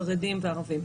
חרדים וערבים?